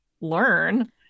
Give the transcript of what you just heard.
learn